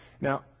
Now